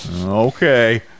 okay